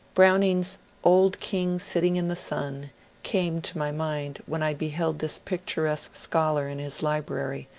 browning's old king sitting in the sun came to my mind when i beheld this picturesque scholar in his library,